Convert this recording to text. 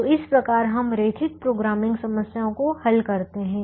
तो इस प्रकार हम रैखिक प्रोग्रामिंग समस्याओं को हल करते हैं